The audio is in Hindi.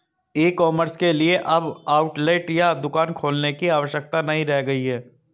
ई कॉमर्स के लिए अब आउटलेट या दुकान खोलने की आवश्यकता नहीं रह गई है